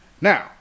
Now